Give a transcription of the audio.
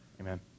Amen